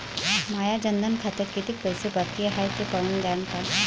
माया जनधन खात्यात कितीक पैसे बाकी हाय हे पाहून द्यान का?